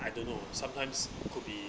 I don't know sometimes could be